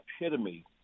epitome